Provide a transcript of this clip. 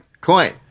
coin